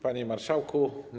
Panie Marszałku!